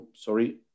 Sorry